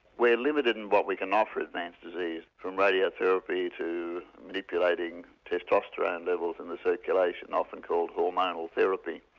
we're limited in what we can offer advanced disease from radiotherapy to manipulating testosterone levels in the circulation often called hormonal therapy.